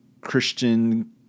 Christian